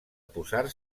posar